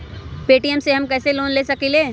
Paytm से हम कईसे लोन ले सकीले?